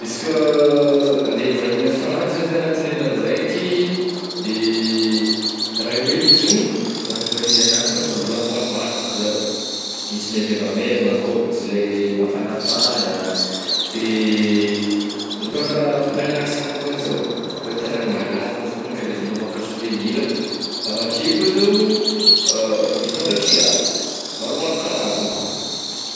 Izy ka andeha ivahigny a Frantsa zegny zah anatign'ny herinandro raiky, dee raha hoentiko zany ih, agnaty valizy agnà ka mitôndra lamba maromaro bako zaho, misy le maivamaivagna akao oh, misy le mafagnafagna, dee mitôndra fangalagna sary zany zaho, raha tagnana malaza mo zao ka le mila maka sovegnira ah, avy akeo ko zah oh mitôndra kiraro maromaro karazany koa igny.